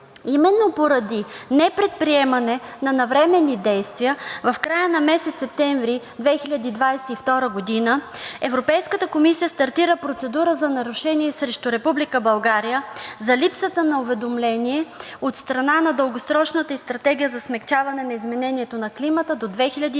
Именно поради непредприемане на навременни действия в края на месец септември 2022 г. Европейската комисия стартира процедура за нарушение срещу Република България за липсата на уведомление от страна на Дългосрочната стратегия за смекчаване на изменението на климата до 2050